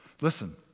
Listen